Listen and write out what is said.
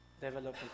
Development